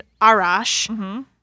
Arash